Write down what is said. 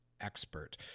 expert